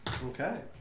Okay